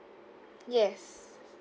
yes